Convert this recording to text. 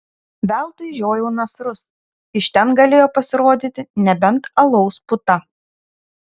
veltui žiojau nasrus iš ten galėjo pasirodyti nebent alaus puta